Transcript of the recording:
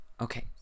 Okay